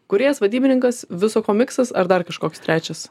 kūrėjas vadybininkas viso ko miksas ar dar kažkoks trečias